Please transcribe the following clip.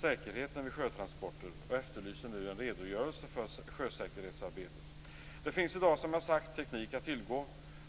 säkerheten vid sjötransporter och efterlyser nu en redogörelse för sjösäkerhetsarbetet. Det finns i dag, som jag sagt, teknik att tillgå.